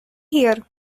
here